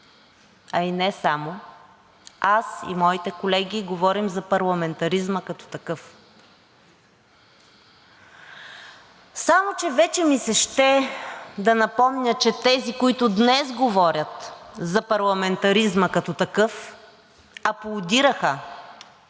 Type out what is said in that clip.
а и не само, аз и моите колеги говорим за парламентаризма като такъв. Само че вече ми се ще да напомня, че тези, които днес говорят за парламентаризма като такъв, аплодираха